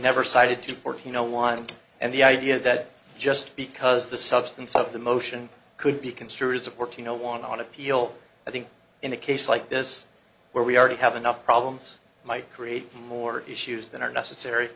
never cited to portofino one and the idea that just because the substance of the motion could be construed as of course you know want to appeal i think in a case like this where we already have enough problems might create more issues than are necessary